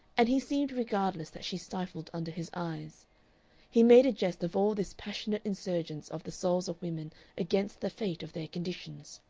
and he seemed regardless that she stifled under his eyes he made a jest of all this passionate insurgence of the souls of women against the fate of their conditions.